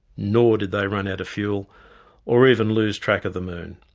nor did they run out of fuel or even lose track of the moon.